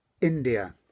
India